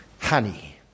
Honey